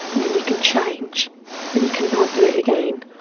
then you can change and you can not do it again.